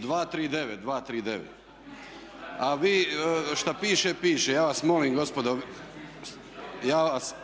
239. A vi šta piše piše, ja vas molim gospodo.